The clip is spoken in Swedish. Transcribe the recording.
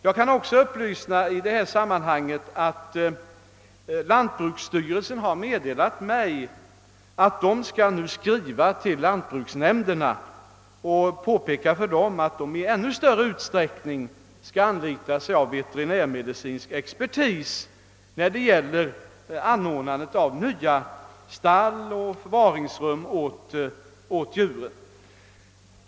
Jag kan i sammanhanget upplysa om att lantbruksstyrelsen har meddelat mig att styrelsen skall skriva till lantbruksnämnderna och påpeka för dem att de i ännu större utsträckning skall anlita veterinärmedicinsk expertis när det gäller anordnandet av nya stallar och förvaringsrum åt djuren.